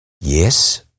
Yes